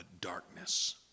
darkness